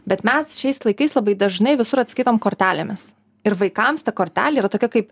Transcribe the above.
bet mes šiais laikais labai dažnai visur atsiskaitom kortelėmis ir vaikams ta kortelė yra tokia kaip